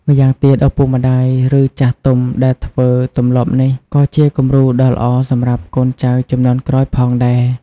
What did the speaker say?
ម្យ៉ាងទៀត ឪពុកម្ដាយ ឬចាស់ទុំដែលធ្វើទម្លាប់នេះ ក៏ជាគំរូដ៏ល្អសម្រាប់កូនចៅជំនាន់ក្រោយផងដែរ។